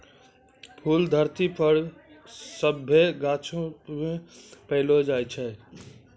फूल धरती पर सभ्भे गाछौ मे पैलो जाय छै